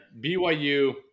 BYU